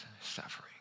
suffering